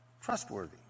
trustworthy